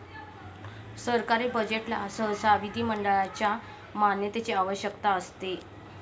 सरकारी बजेटला सहसा विधिमंडळाच्या मान्यतेची आवश्यकता असते